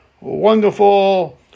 wonderful